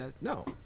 No